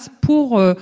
pour